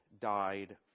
died